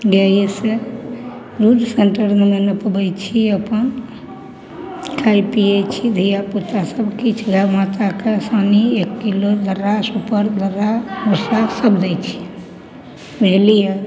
गाइएसे दूध सेन्टरमे नहि नपबै छी अप्पन खाइ पिए छी धिआपुता सबकिछु वएह माताके सानी एक किलो दर्रा सुपर दर्रा सएह सब दै छिए बुझलिए